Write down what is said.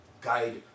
guide